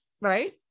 Right